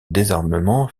désarmement